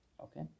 Okay